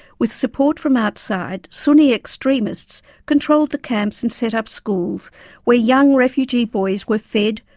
with support from outside, sunni extremists controlled the camps and set up schools where young refugee boys were fed,